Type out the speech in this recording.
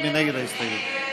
קבוצת סיעת יש עתיד